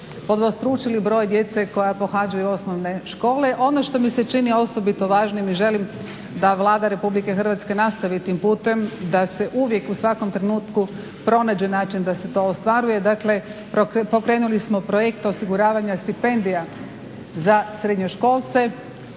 podvostručili broj djece koja pohađaju osnovne škole. Ono što mi se čini osobito važnim i želim da Vlada Republike Hrvatske nastavi tim putem da se uvijek u svakom trenutku pronađe način da se to ostvaruje. Dakle, pokrenuli smo projekte osiguravanja stipendija za srednjoškolce,